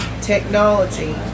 technology